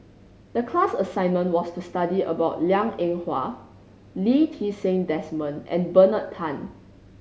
the class assignment was to study about Liang Eng Hwa Lee Ti Seng Desmond and Bernard Tan